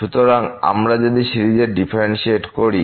সুতরাং আমরা সিরিজের ডিফারেন্শিয়েট করছি